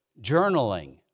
journaling